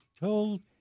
told